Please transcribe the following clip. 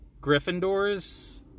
Gryffindors